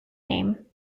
name